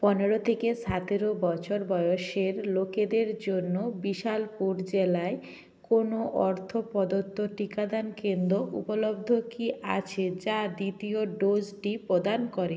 পনেরো থেকে সাতেরো বছর বয়সের লোকেদের জন্য বিশালপুর জেলায় কোনো অর্থ প্রদত্ত টিকাদান কেন্দ্র উপলব্ধ কি আছে যা দ্বিতীয় ডোজটি প্রদান করে